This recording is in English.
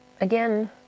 again